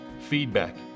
feedback